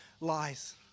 lies